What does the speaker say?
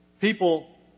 people